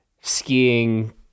skiing